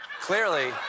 Clearly